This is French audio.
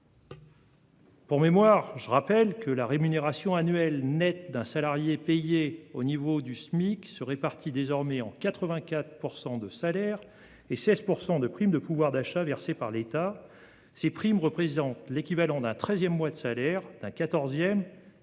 primes. Je rappelle que la rémunération annuelle nette d'un salarié payé au niveau du Smic se répartit désormais en 84 % de salaire et 16 % de primes de pouvoir d'achat versées par l'État. Ces primes représentent l'équivalent d'un treizième mois, d'un